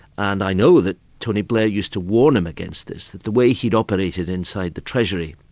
and i know that tony blair used to warn him against this, that the way he'd operated inside the treasury,